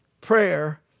prayer